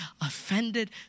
offended